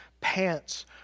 pants